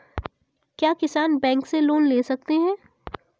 क्या किसान बैंक से लोन ले सकते हैं?